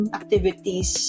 activities